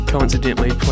coincidentally